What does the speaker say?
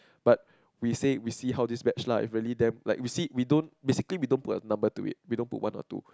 but we say we see how this batch lah if really damn like we see we don't basically we don't put a number to it we don't put one or two